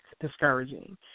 discouraging